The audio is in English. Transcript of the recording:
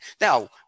now